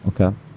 Okay